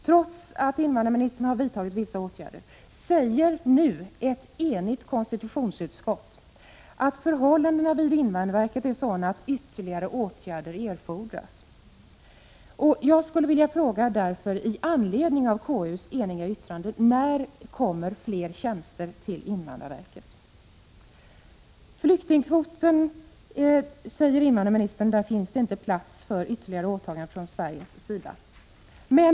Trots att invandrarministern har vidtagit vissa åtgärder säger ett enigt konstitutionsutskott nu att förhållandena vid invandrarverket är sådana att ytterligare åtgärder erfordras. Jag vill därför i anledning av KU:s eniga yttrande fråga: När kommer det fler tjänster till invandrarverket? Invandrarministern säger att det inte finns plats för fler åtaganden från Sveriges sida inom ramen för flyktingkvoten.